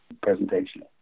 presentation